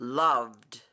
loved